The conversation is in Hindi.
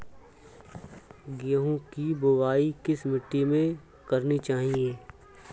गेहूँ की बुवाई किस मिट्टी में करनी चाहिए?